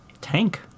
tank